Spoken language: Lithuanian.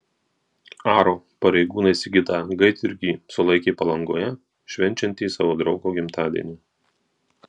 aro pareigūnai sigitą gaidjurgį sulaikė palangoje švenčiantį savo draugo gimtadienį